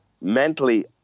mentally